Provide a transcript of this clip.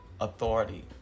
authority